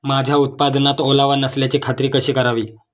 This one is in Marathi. माझ्या उत्पादनात ओलावा नसल्याची खात्री कशी करावी?